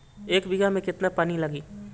एक बिगहा में केतना पानी लागी?